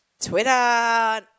Twitter